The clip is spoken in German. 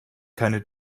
keine